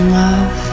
love